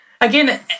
again